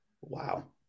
Wow